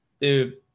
Dude